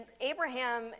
Abraham